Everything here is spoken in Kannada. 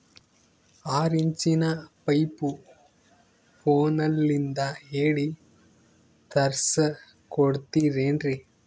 ಆರಿಂಚಿನ ಪೈಪು ಫೋನಲಿಂದ ಹೇಳಿ ತರ್ಸ ಕೊಡ್ತಿರೇನ್ರಿ?